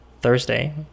Thursday